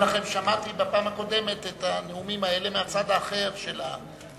שמעתי בפעם הקודמת את הנאומים האלה מהצד האחר של המתרס,